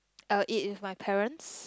I will eat with my parents